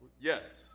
Yes